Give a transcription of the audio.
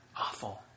awful